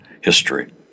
history